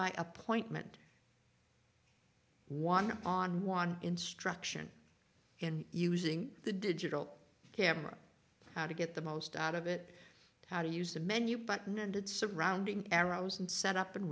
by appointment one on one instruction and using the digital camera how to get the most out of it how to use the menu button and its surrounding arrows and set up and